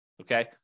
Okay